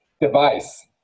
device